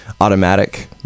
automatic